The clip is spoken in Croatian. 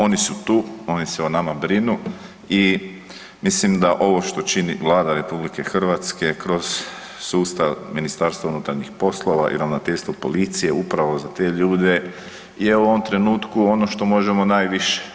Oni su tu, oni se o nama brinu i mislim da ovo što čini Vlada Republike Hrvatske kroz sustav Ministarstva unutarnjih poslova i Ravnateljstva policije upravo za te ljude je u ovom trenutku ono što možemo najviše.